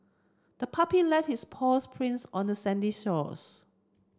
the puppy left its paw prints on the sandy shores